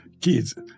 kids